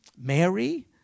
Mary